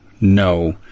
no